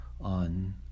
on